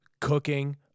cooking